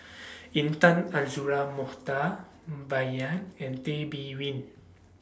Intan Azura Mokhtar Bai Yan and Tay Bin Win